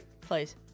Please